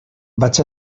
vaig